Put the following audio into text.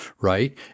right